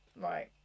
Right